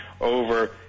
over